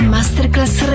Masterclass